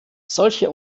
solche